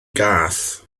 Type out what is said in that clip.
gath